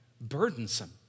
Burdensome